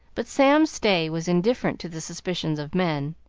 but sam stay was indifferent to the suspicions of men.